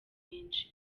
menshi